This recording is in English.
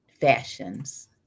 Fashions